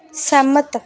सैह्मत